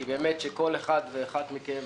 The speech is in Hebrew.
כי באמת שכל אחד ואחת מכם